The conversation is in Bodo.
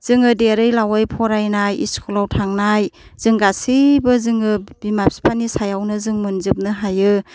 जोङो देरै लावै फरानाय स्कुलाव थांनाय जों गासैबो जोङो बिमा बिफानि सायावनो जों मोनजोबनो हायो